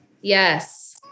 yes